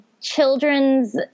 children's